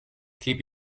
keep